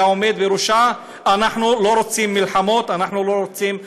והעומד בראשה: אנחנו לא רוצים מלחמות,